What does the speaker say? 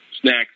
snacks